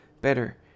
better